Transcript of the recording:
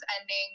ending